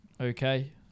Okay